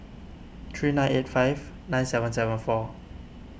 three nine eight five nine seven seven four